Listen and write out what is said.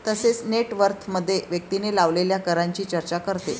तसेच नेट वर्थमध्ये व्यक्तीने लावलेल्या करांची चर्चा करते